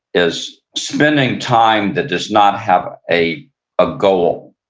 is spending time that does not have a ah goal,